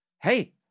Hey